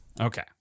Okay